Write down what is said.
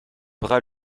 bras